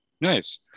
Nice